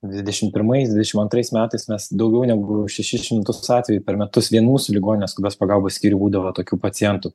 dvidešimt pirmais dvidešimt antrais metais mes daugiau negu šešis šimtus atvejų per metus vien mūsų ligoninės skubios pagalbos skyriuj būdavo tokių pacientų